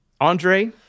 Andre